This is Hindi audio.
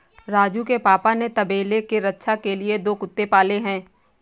राजू के पापा ने तबेले के रक्षा के लिए दो कुत्ते पाले हैं